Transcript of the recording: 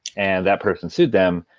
and that person sued them.